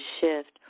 shift